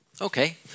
Okay